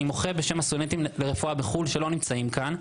אני מוחה בשם הסטודנטים לרפואה בחו"ל שלא נמצאים כאן.